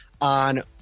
on